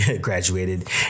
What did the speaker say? graduated